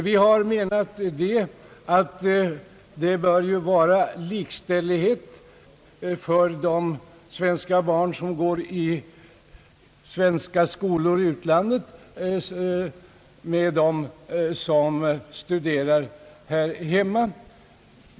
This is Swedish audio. Vi reservanter menar att de svenska barn som går i svenska skolor i utlandet bör vara likställda med de barn som studerar här hemma.